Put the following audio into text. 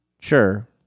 Sure